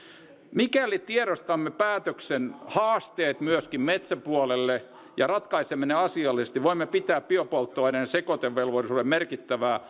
mikäli tiedostamme päätöksen haasteet myöskin metsäpuolelle ja ratkaisemme ne asiallisesti voimme pitää biopolttoaineiden sekoitevelvollisuuden merkittävää